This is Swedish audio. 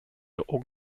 och